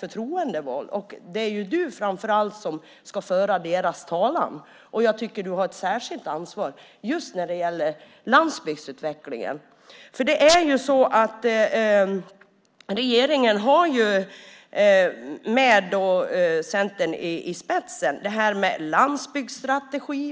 förtroendevald. Det är framför allt hon som ska föra deras talan, och jag tycker att hon har ett särskilt ansvar just när det gäller landsbygdsutvecklingen. Regeringen har, med Centern i spetsen, en landsbygdsstrategi.